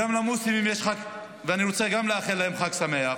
גם למוסלמים יש חג, ואני רוצה לאחל גם להם חג שמח.